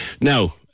Now